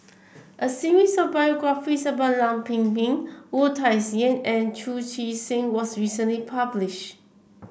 a series of biographies about Lam Pin Min Wu Tsai Yen and Chu Chee Seng was recently published